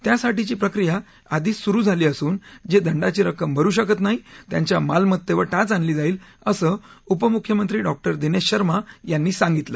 त्यासाठीची प्रक्रिया आधीच सुरु झाली असून जे दंडाची रक्कम भरु शकत नाहीत त्यांच्या मालमत्तेवर टाच आणली जाईल असं उपमुख्यमंत्री डॉक्टर दिनेश शर्मा यांनी सांगितलं